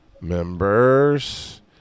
Members